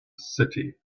city